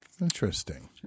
Interesting